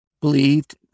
believed